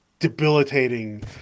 debilitating